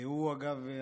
אגב,